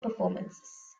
performances